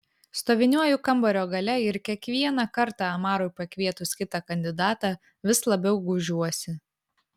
stoviniuoju kambario gale ir kiekvieną kartą amarui pakvietus kitą kandidatą vis labiau gūžiuosi